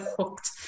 hooked